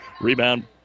Rebound